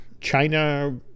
China